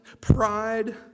pride